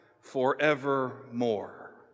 forevermore